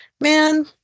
man